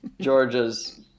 Georgia's